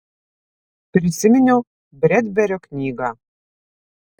prisiminiau bredberio knygą